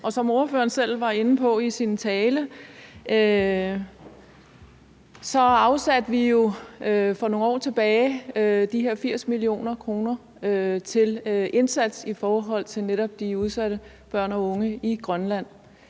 Som ordføreren selv var inde på i sin tale, afsatte vi jo for nogle år tilbage de her 80 mio. kr. til en indsats i forhold til netop de udsatte børn og unge i Grønland,